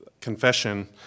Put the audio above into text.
confession